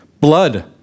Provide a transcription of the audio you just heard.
blood